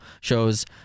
shows